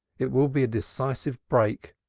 it will be a decisive break.